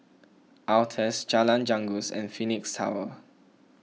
Altez Jalan Janggus and Phoenix Tower